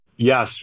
Yes